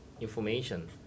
information